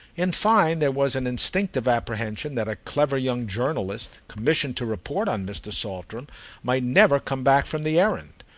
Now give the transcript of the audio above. in fine there was an instinctive apprehension that a clever young journalist commissioned to report on mr. saltram might never come back from the errand.